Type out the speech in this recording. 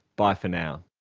bye for now